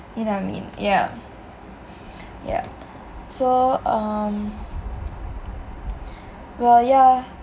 you know what I mean yeah yeah so um well yah